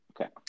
Okay